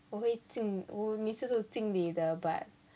我会尽我每次都尽力的 but